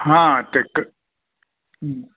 हां टेक